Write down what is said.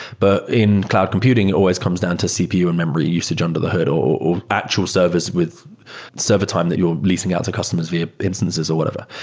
but in cloud computing, it always comes down to cpu and memory usage under the hood or actual service with server time that you're leasing out to customers via instances or whatever.